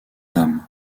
dames